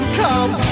come